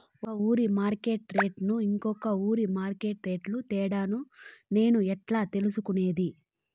ఒక ఊరి మార్కెట్ రేట్లు ఇంకో ఊరి మార్కెట్ రేట్లు తేడాను నేను ఎట్లా తెలుసుకునేది?